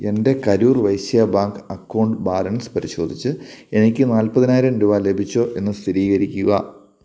എൻ്റെ Karur Vysya bank account balance പരിശോധിച്ച് എനിക്ക് നാപ്പത്തിനായിരം രൂപ ലഭിച്ചോ എന്ന് സ്ഥിരീകരിക്കുക